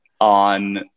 on